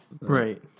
Right